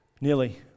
Nearly